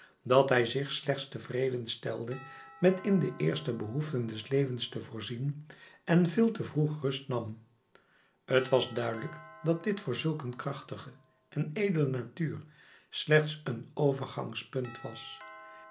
dat hij zich slechts tevredenstelde met in de eerste behoeften des levens te voorzien en veel te vroeg rust nam t was duidelijk dat dit voor zulk een krachtige en edele natuur slechts een overgangspunt was